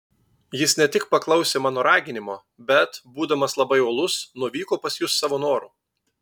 jis ne tik paklausė mano raginimo bet būdamas labai uolus nuvyko pas jus savo noru